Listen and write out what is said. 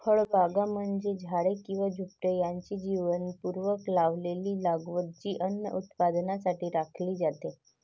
फळबागा म्हणजे झाडे किंवा झुडुपे यांची जाणीवपूर्वक लावलेली लागवड जी अन्न उत्पादनासाठी राखली जाते